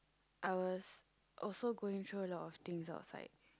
I was also going through a lot of things outside